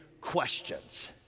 questions